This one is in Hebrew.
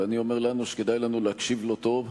ואני אומר לנו שכדאי לנו להקשיב לו טוב.